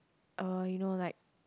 uh you know like